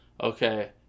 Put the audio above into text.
Okay